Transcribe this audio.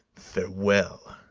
farewell,